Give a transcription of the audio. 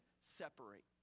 separate